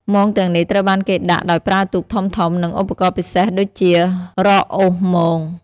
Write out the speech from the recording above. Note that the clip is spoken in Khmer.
មងទាំងនេះត្រូវបានគេដាក់ដោយប្រើទូកធំៗ និងឧបករណ៍ពិសេសដូចជារ៉កអូសមង។